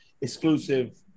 exclusive